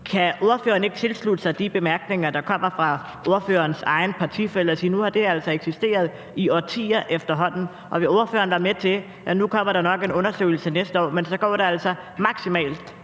Kan ordføreren ikke tilslutte sig de bemærkninger, der kommer fra ordførerens egen partifælles og sige, at nu har den altså eksisteret i årtier efterhånden? Og vil ordføreren være med til – nu kommer der nok en undersøgelse næste år – at der så går maksimalt